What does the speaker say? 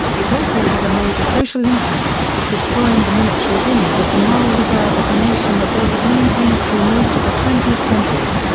it also had a major social impact, destroying the military's image as the moral reserve of the nation that they had maintained through most of the twentieth century.